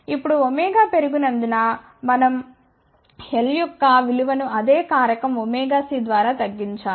ఇప్పుడు ω పెరిగినందున మనం l యొక్క విలువను అదే కారకం ωc ద్వారా తగ్గించాలి